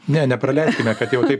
ne nepraleiskime kad jau taip